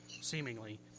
seemingly